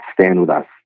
standwithus